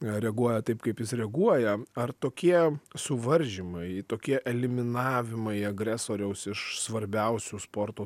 reaguoja taip kaip jis reaguoja ar tokie suvaržymai tokie eliminavimai agresoriaus iš svarbiausių sporto